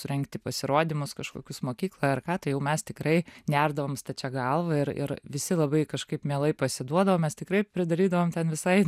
surengti pasirodymus kažkokius mokykloj ar ką tai jau mes tikrai nerdavom stačia galva ir ir visi labai kažkaip mielai pasiduodavom tikrai pridarydavom ten visai